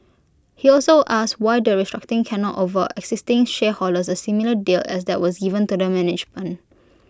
he also asked why the restructuring cannot offer existing shareholders A similar deal as that was given to the management